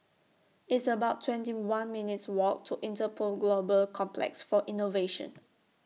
It's about twenty one minutes' Walk to Interpol Global Complex For Innovation